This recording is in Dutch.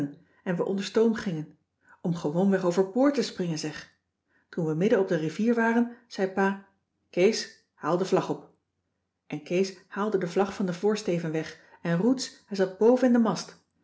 en we onder stoom gingen om gewoonweg over boord te springen zeg toen we midden op de rivier waren zei pa kees haal de vlag op en kees haalde de vlag van den voorsteven weg en roets hij zat boven in den mast